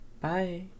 Bye